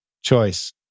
choice